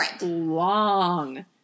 long